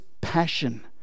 passion